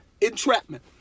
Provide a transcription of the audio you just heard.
entrapment